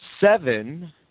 seven